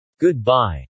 Goodbye